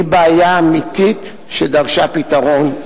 היא בעיה אמיתית שדרשה פתרון,